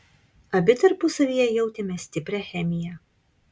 abi tarpusavyje jautėme stiprią chemiją